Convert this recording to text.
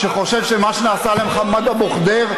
שחושב שמה שנעשה למוחמד אבו ח'דיר,